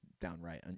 downright